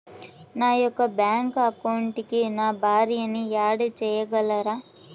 నా యొక్క బ్యాంక్ అకౌంట్కి నా భార్యని యాడ్ చేయగలరా?